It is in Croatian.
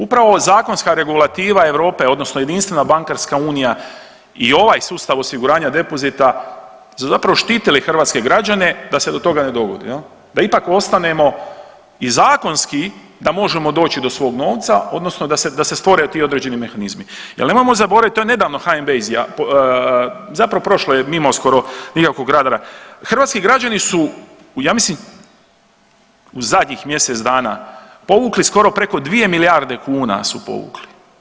Upravo zakonska regulativa Europe odnosno jedinstvena bankarska unija i ovaj sustav osiguranja depozita su zapravo štitili hrvatske građane da se do toga ne dogodi, da ipak ostanemo i zakonski da možemo doći do svog novca odnosno da se, da se stvore ti određeni mehanizmi jel nemojmo zaboraviti to je nedavno HNB izja, zapravo prošlo je mimo skoro nikakvog radara, hrvatski građani su u ja mislim u zadnjih mjesec dana povukli, skoro preko dvije milijarde kuna su povukli.